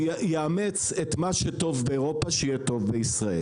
שיאמץ את מה שטוב באירופה שיהיה טוב לישראל